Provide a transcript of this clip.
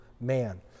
man